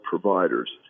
providers